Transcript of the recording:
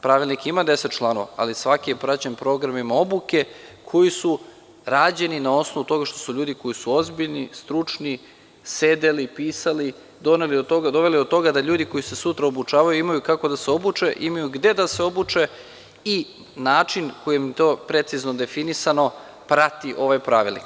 Pravilnik ima 10 članova, ali svaki je praćen programima obuke koji su rađeni na osnovu toga što su ljudi koji su ozbiljni, stručni, sedeli, pisali, doveli do toga da ljudi koji se sutra obučavaju imaju kako da se obuče, imaju gde da se obuče i način kojim je to precizno definisano prati ovaj pravilnik.